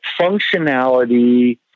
functionality